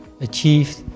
achieved